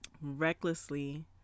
recklessly